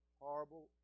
horrible